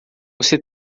você